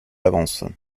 l’avance